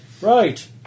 Right